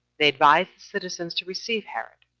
they advised the citizens to receive herod,